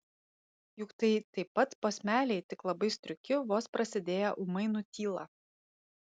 juk tai taip pat posmeliai tik labai striuki vos prasidėję ūmai nutyla